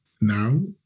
now